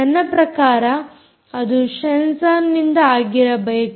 ನನ್ನ ಪ್ರಕಾರ ಅದು ಶೆಂಜಾನ್ನಿಂದ ಆಗಿರಬೇಕು